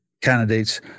candidates